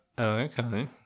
okay